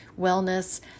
wellness